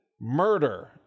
murder